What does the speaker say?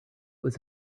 was